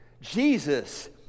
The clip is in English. Jesus